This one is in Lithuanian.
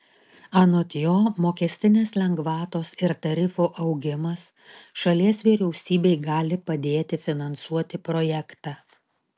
anot jo mokestinės lengvatos ir tarifų augimas šalies vyriausybei gali padėti finansuoti projektą